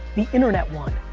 the internet won,